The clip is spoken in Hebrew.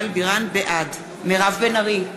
בעד מירב בן ארי,